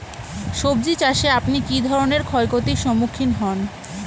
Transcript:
সবজী চাষে আপনি কী ধরনের ক্ষয়ক্ষতির সম্মুক্ষীণ হন?